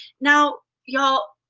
now y'all,